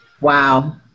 Wow